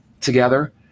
together